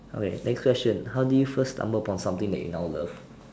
okay next question how do you first stumble upon something that you now love